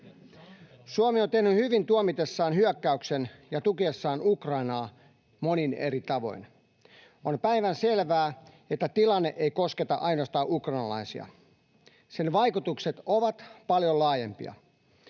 Suomi on tehnyt hyvin tuomitessaan hyökkäyksen ja tukiessaan Ukrainaa monin eri tavoin. On päivän selvää, että tilanne ei kosketa ainoastaan ukrainalaisia. Sen vaikutukset ovat paljon laajempia.